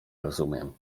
rozumiem